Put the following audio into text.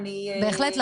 בהחלט.